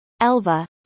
Elva